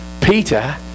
Peter